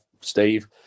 Steve